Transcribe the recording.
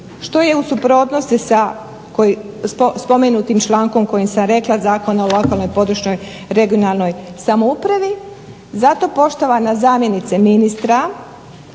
što je u suprotnosti sa spomenutim člankom koji sam rekla Zakona o lokalnoj, područnoj (regionalnoj) samoupravi. Zato, poštovana zamjenice ministra,